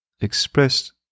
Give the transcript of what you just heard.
expressed